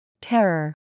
TERROR